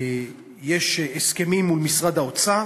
יש הסכמים מול משרד האוצר,